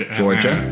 Georgia